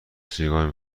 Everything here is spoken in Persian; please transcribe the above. سیگار